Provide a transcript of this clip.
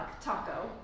Taco